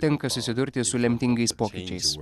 tenka susidurti su lemtingais pokyčiais